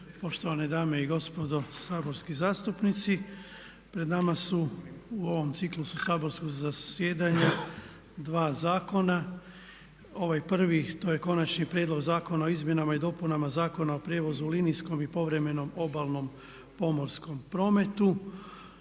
poštovane dame i gospodo saborski zastupnici pred nama su u ovom ciklusu saborskog zasjedanja dva zakona. Ovaj prvi to je konačni prijedlog Zakona o izmjenama i dopunama Zakona o prijevozu u linijskom i povremenom obalnom pomorskom prometu.